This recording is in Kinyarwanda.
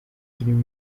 turimo